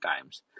times